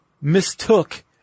mistook